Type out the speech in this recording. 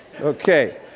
Okay